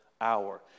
hour